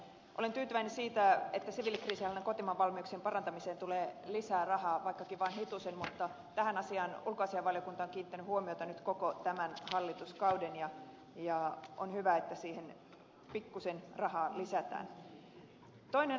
olen tyytyväinen siitä että siviilikriisinhallinnan kotimaanvalmiuksien parantamiseen tulee lisää rahaa vaikkakin vain hitusen mutta tähän asiaan ulkoasiainvaliokunta on kiinnittänyt huomiota nyt koko tämän hallituskauden ja on hyvä että siihen pikkusen rahaa lisätään